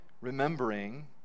remembering